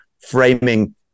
framing